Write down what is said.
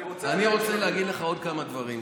אני רוצה, אני רוצה להגיד לך עוד כמה דברים.